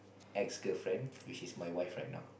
ex girlfriend which is my wife right now